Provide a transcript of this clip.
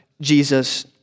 Jesus